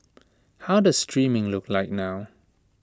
how does streaming look like now